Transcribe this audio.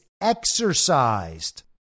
exercised